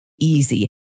easy